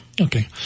Okay